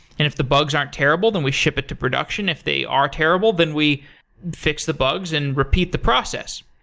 and if the bugs aren't terrible, then we ship it to production. if they are terrible, then we fix the bugs and repeat the process.